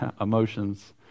emotions